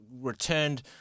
returned